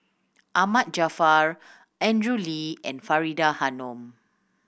Ahmad Jaafar Andrew Lee and Faridah Hanum